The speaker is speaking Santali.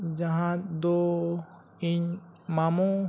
ᱡᱟᱦᱟᱸ ᱫᱚ ᱤᱧ ᱢᱟᱢᱳ